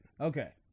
Okay